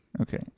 Okay